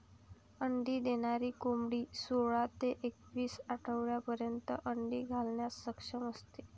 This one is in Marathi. अंडी देणारी कोंबडी सोळा ते एकवीस आठवड्यांपर्यंत अंडी घालण्यास सक्षम असते